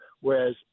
whereas